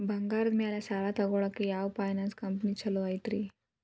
ಬಂಗಾರದ ಮ್ಯಾಲೆ ಸಾಲ ತಗೊಳಾಕ ಯಾವ್ ಫೈನಾನ್ಸ್ ಕಂಪನಿ ಛೊಲೊ ಐತ್ರಿ?